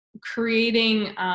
creating